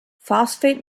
phosphate